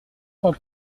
cent